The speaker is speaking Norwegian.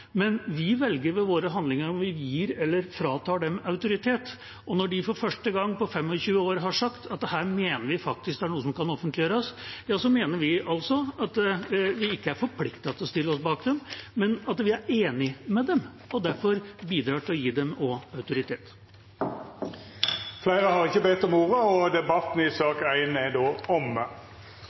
men vi velger ved våre handlinger om vi gir eller fratar dem autoritet. Når de for første gang på 25 år har sagt at de mener dette er noe som kan offentliggjøres, ja, så mener vi altså at vi ikke er forpliktet til å stille oss bak dem, men at vi er enig med dem og derfor også bidrar til å gi dem autoritet. Fleire har ikkje bedt om ordet til sak nr. 1. Etter ynske frå næringskomiteen vil presidenten ordna debatten